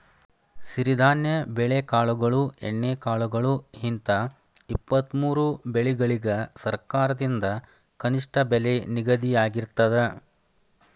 ಸಿರಿಧಾನ್ಯ ಬೆಳೆಕಾಳುಗಳು ಎಣ್ಣೆಕಾಳುಗಳು ಹಿಂತ ಇಪ್ಪತ್ತಮೂರು ಬೆಳಿಗಳಿಗ ಸರಕಾರದಿಂದ ಕನಿಷ್ಠ ಬೆಲೆ ನಿಗದಿಯಾಗಿರ್ತದ